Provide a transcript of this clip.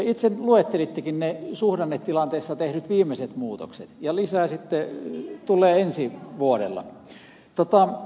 itse luettelittekin ne suhdannetilanteessa tehdyt viimeiset muutokset ja lisää sitten tulee ensi vuoden puolella